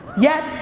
yet,